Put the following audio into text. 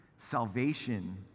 salvation